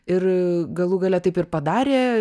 ir galų gale taip ir padarė